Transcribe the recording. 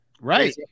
Right